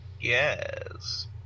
Yes